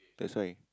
that's why